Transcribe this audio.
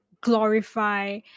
glorify